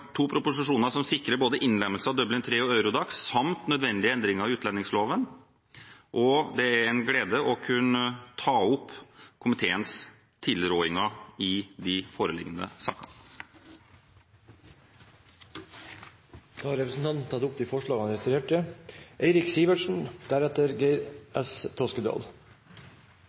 to proposisjoner som sikrer både innlemmelse av Dublin III og Eurodac samt nødvendige endringer i utlendingsloven. Det er en glede å kunne anbefale komiteens tilrådinger i de foreliggende sakene. La meg starte med å takke saksordføreren for en grei framstilling av de